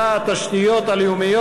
נא לסיים את פרק הברכות